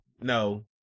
no